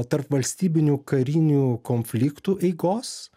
tarpvalstybinių karinių konfliktų eigos